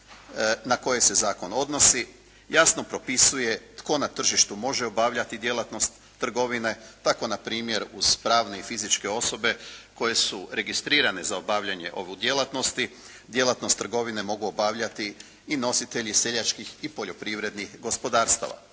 na koje se zakon odnosi, jasno propisuje tko na tržištu može obavljati djelatnost trgovine tako npr. uz pravne i fizičke osobe koje su registrirane za obavljanje ove djelatnosti, djelatnost trgovine mogu obavljati i nositelji seljačkih i poljoprivrednih gospodarstava.